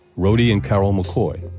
rhody and carole mccoy,